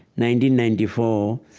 ninety ninety four.